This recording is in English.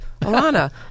Alana